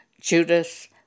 Judas